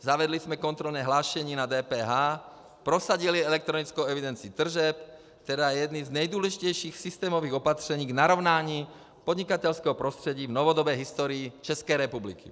Zavedli jsme kontrolní hlášení na DPH, prosadili elektronickou evidenci tržeb, která je jedním z nejdůležitějších systémových opatření k narovnání podnikatelského prostředí v novodobé historii České republiky.